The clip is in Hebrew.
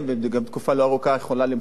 וגם בתקופה לא ארוכה האשה יכולה למצוא את